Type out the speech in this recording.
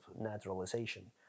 naturalization